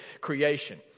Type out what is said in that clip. creation